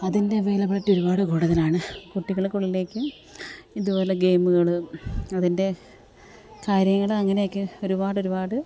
അതിന്റെ അവൈലബിളിറ്റി ഒരുപാട് കൂടുതലാണ് കുട്ടികള്ക്ക് ഉള്ളിലേക്ക് ഇത്പോലെ ഗെയ്മുകൾ അതിന്റെ കാര്യങ്ങൾ അങ്ങനെയൊക്കെ ഒരുപാട് ഒരുപാട്